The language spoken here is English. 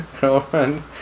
girlfriend